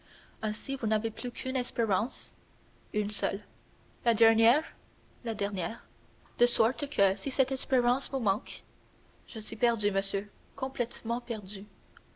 ainsi vous n'avez plus qu'une espérance une seule la dernière la dernière de sorte que si cette espérance vous manque je suis perdu monsieur complètement perdu